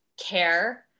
care